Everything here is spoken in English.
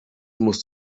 most